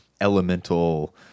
elemental